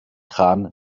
kran